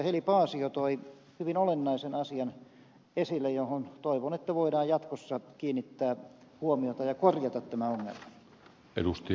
heli paasio toi hyvin olennaisen asian esille johon toivon että voidaan jatkossa kiinnittää huomiota ja korjata tämä ongelma